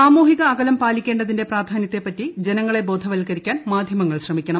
സാമൂഹിക അകലം പാലിക്കേണ്ട്തിന്റെ പ്രാധാന്യത്തെപ്പറ്റി ജനങ്ങളെ ബോധവത്കരിക്ക്ാൻ മാധ്യമങ്ങൾ ശ്രമിക്കണം